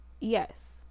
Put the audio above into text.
Yes